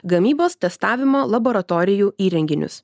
gamybos testavimo laboratorijų įrenginius